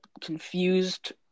confused